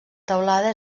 teulada